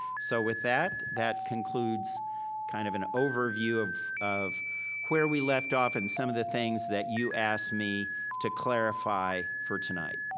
so with that, that concludes kind of an overview of of where we left off in some of the things that you asked me to clarify for tonight.